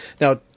now